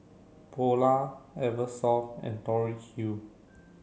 Polar Eversoft and Tori Q